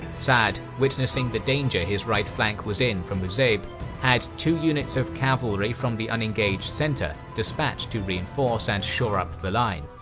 sa'd, witnessing the danger his right flank was in from uzeib, had two units of cavalry from the unengaged centre dispatched to reinforce and shore up the line.